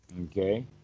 Okay